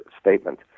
statement